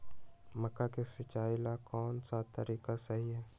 मक्का के सिचाई ला कौन सा तरीका सही है?